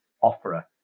offerer